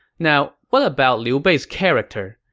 now, what about liu bei's character?